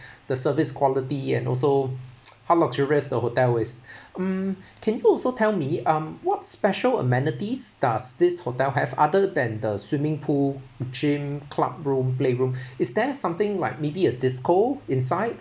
the service quality and also how luxurious your hotel is um can you also tell me um what's special amenities does this hotel have other than the swimming pool gym club room playroom is there something like maybe a disco inside